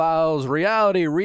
Reality